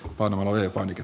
arvoisa puhemies